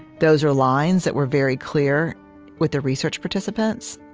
those are lines that were very clear with the research participants.